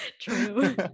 True